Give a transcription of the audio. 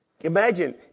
Imagine